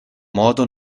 modo